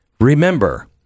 Remember